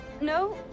No